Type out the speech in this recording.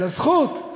על הזכות.